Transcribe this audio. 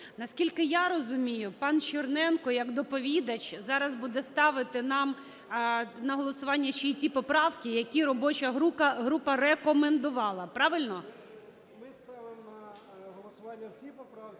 Наскільки я розумію, пан Черненко як доповідач зараз буде ставити нам на голосування ще і ті поправки, які робоча група рекомендувала. Правильно?